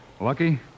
Lucky